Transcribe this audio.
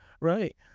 right